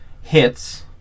hits